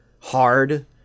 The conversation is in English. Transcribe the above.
hard